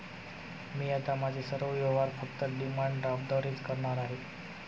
मी आता माझे सर्व व्यवहार फक्त डिमांड ड्राफ्टद्वारेच करणार आहे